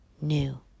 new